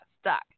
stuck